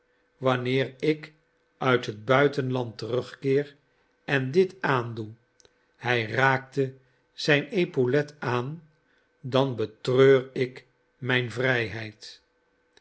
wanneer ik uit het buitenland terugkeer en dit aandoe hij raakte zijn epaulet aan dan betreur ik mijn vrijheid